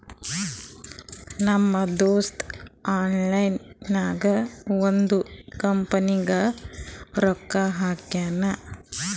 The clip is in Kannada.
ನಮ್ ದೋಸ್ತ ಆನ್ಲೈನ್ ನಾಗೆ ಒಂದ್ ಕಂಪನಿನಾಗ್ ರೊಕ್ಕಾ ಹಾಕ್ಯಾನ್